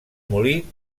molí